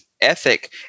ethic